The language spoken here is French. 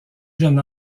jeune